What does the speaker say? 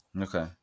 Okay